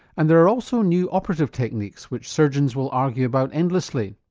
and there are also new operative techniques which surgeons will argue about endlessly,